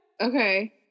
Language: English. Okay